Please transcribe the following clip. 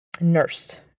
nursed